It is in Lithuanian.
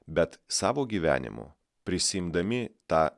bet savo gyvenimu prisiimdami tą